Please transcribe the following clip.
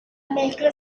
mezcla